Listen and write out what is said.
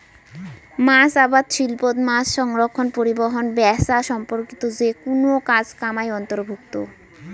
মাছ আবাদ শিল্পত মাছসংরক্ষণ, পরিবহন, ব্যাচা সম্পর্কিত যেকুনো কাজ কামাই অন্তর্ভুক্ত